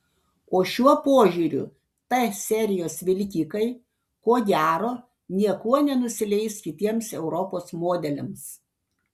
o šiuo požiūriu t serijos vilkikai ko gero niekuo nenusileis kitiems europos modeliams